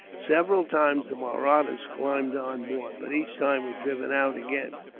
several times the mahrattas climbed on board, but each time were driven out again.